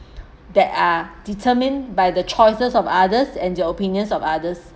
that is determine by the choices of others and their opinions of others